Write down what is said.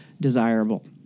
desirable